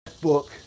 book